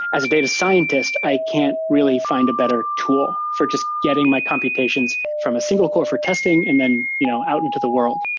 as a data scientist, i can't really find a better tool for just getting my computations from a single core for testing and then you know out into the world.